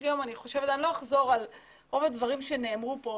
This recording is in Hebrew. לא אחזור על רוב הדברים שנאמרו פה,